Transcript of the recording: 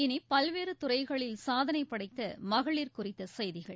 இனி பல்வேறு துறைகளில் சாதனை படைத்த மகளிர் குறித்த செய்திகள்